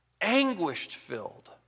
anguished-filled